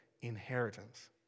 inheritance